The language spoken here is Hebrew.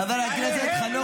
הינה, אני אומר: לא צריך.